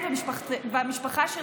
עליכם ועל המשפחה שלכם.